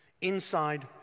Inside